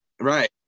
right